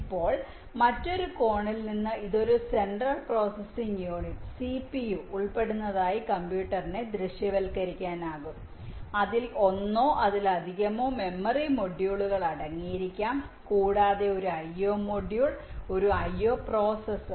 ഇപ്പോൾ മറ്റൊരു കോണിൽ നിന്ന് ഇത് ഒരു സെൻട്രൽ പ്രോസസ്സിംഗ് യൂണിറ്റ് സിപിയു ഉൾപ്പെടുന്നതായി കമ്പ്യൂട്ടറിനെ ദൃശ്യവൽക്കരിക്കാനാകും അതിൽ ഒന്നോ അതിലധികമോ മെമ്മറി മൊഡ്യൂളുകൾ അടങ്ങിയിരിക്കാം കൂടാതെ ഒരു ഐഒ മൊഡ്യൂൾ ഒരു ഐഒ പ്രോസസർ